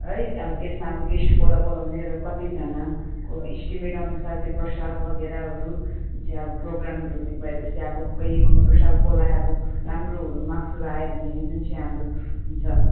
है अब त्यसमा अब गेस्ट कसलाई बोलाउने र कतिजनाको इस्टिमेट अनुसार त्यो प्रसाद वगेराहरू जुन चाहिँ अब प्रोग्रामहरू भएपछि अब गर्नुपर्छ अब कसलाई अब राम्रोहरू मार्क्सहरू आयो भने जुन चाहिँ हाम्रो हुन्छ